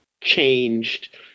changed